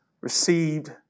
received